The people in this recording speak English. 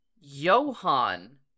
Johan